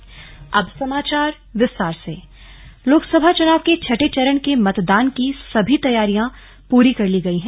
slug लोकसभा चुनाव लोकसभा चुनाव के छठे चरण के मतदान की सभी तैयारियां पूरी कर ली गयी हैं